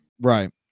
Right